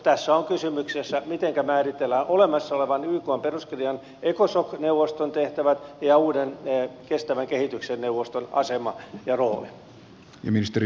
tässä on kysymyksessä mitenkä määritellään olemassa olevan ykn peruskirjan ecosoc neuvoston tehtävät ja uuden kestävän kehityksen neuvoston asema ja rooli